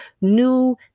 new